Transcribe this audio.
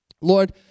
Lord